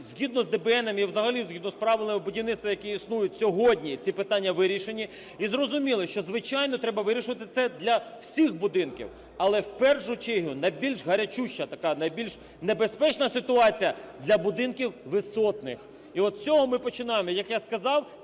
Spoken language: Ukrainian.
згідно з ДБНнами і взагалі згідно з правилами будівництва, які існують сьогодні, ці питання вирішені. І зрозуміло, що, звичайно, треба вирішувати це для всіх будинків. Але в першу чергу найбільш гарячуща така, найбільш небезпечна ситуація для будинків висотних, і от з цього ми починаємо. Як я сказав,